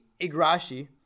Igrashi